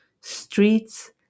streets